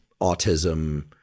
autism